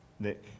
Nick